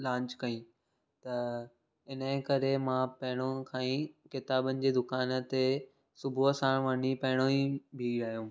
launch कई त हिन जे करे मां पहिरों खां ई किताबुनि जी दुकान ते सुबुह सांंण वञी पहिरों ई बीहु रहियुमि